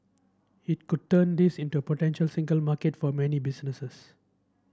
it could turn this into a potential single market for many businesses